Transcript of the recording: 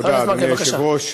תודה, אדוני היושב-ראש.